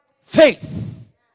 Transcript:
faith